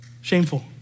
Shameful